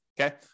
okay